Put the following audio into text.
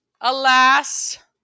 alas